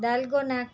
dalgona